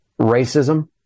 racism